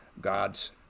God's